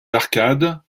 arcades